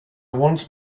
want